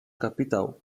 kapitał